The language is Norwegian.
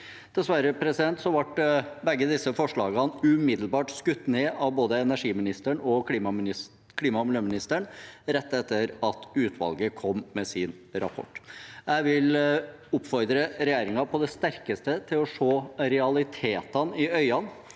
Dessverre ble begge disse forslagene umiddelbart skutt ned av både energiministeren og klima- og miljøministeren rett etter at utvalget kom med sin rapport. Jeg vil oppfordre regjeringen på det sterkeste til å se realitetene i øynene.